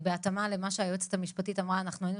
בהתאמה למה שהיועצת המשפטית אמרה אנחנו היינו